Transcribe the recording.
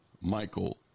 Michael